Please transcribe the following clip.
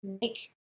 make